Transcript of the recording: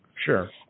Sure